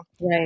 Right